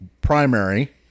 primary